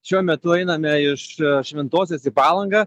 šiuo metu einame iš šventosios į palangą